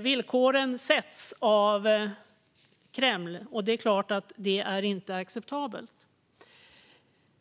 Villkoren sätts av Kreml, och det är klart att det inte är acceptabelt.